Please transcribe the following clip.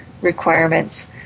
requirements